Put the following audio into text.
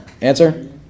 Answer